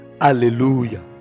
Hallelujah